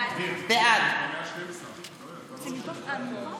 בעד